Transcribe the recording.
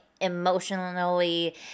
emotionally